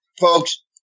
Folks